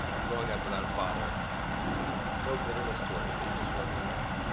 growing up without a father no bitterness toward him, but he just wasn't around.